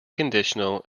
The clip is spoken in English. conditional